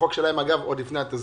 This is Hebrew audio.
החוק שלהם, אגב, הוא עוד לפני התזכיר.